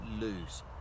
lose